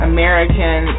American